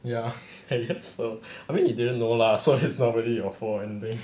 ya I guess so I mean you didn't know lah so it's not really your fault anyway